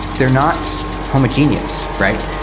they're not homogeneous, right?